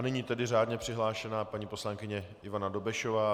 Nyní tedy řádně přihlášená paní poslankyně Ivana Dobešová.